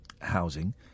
housing